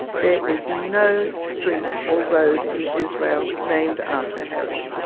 there is no street or road in israel named after herod.